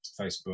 Facebook